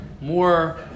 more